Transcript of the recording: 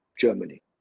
Germany